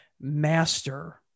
master